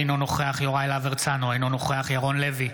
אינו נוכח יוראי להב הרצנו, אינו נוכח ירון לוי,